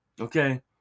Okay